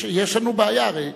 יש לנו בעיה, הרי.